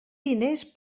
diners